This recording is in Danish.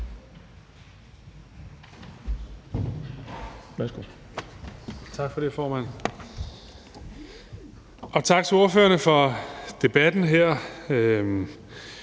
Tak for det, formand, og tak til ordførerne for debatten her.